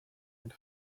and